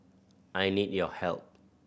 I need your help